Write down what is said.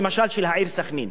למשל של העיר סח'נין,